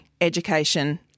education